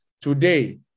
today